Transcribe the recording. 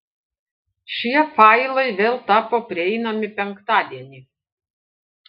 šie failai vėl tapo prieinami penktadienį